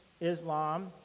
Islam